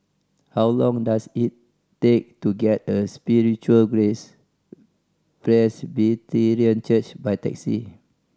how long does it take to get a Spiritual Grace Presbyterian Church by taxi